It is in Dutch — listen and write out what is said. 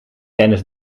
tijdens